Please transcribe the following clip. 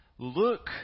Look